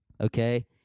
Okay